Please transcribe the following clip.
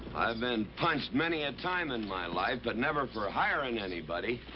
i've been punched many a time in my life, but never for ah hiring anybody.